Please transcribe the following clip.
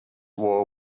war